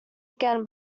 again